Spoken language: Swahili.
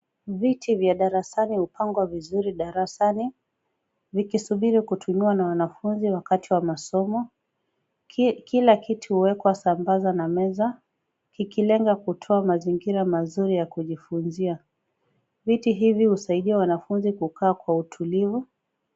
Viti vya darasani vimepangwa vizuri darasani, vikisubiri kutumiwa na wanafunzi wakati wa masomo. Kila kiti huwekwa sambaza na meza, kikilenga kutoa mazingira mazuri ya kujifunzia. Viti hivi husaidia wanafunzi kukaa kwa utulivu.